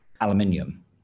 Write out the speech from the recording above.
aluminium